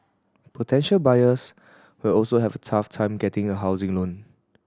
potential buyers will also have a tough time getting a housing loan